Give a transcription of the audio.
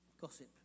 gossip